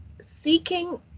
seeking